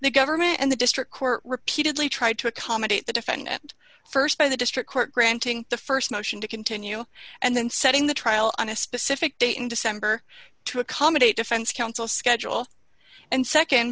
the government and the district court repeatedly tried to accommodate the defendant st by the district court granting the st motion to continue and then setting the trial on a specific date in december to accommodate defense counsel schedule and